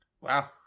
Wow